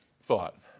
thought